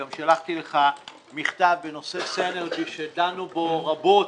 גם שלחתי לך מכתב בנושא "סינרג'י" שדנו בו רבות,